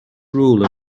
rule